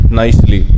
nicely